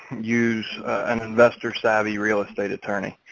use an investor savvy real estate attorney.